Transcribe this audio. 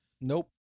Nope